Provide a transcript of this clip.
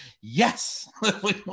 yes